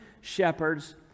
shepherds